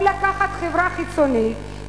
או לקחת חברה חיצונית,